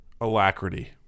Alacrity